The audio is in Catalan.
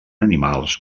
animals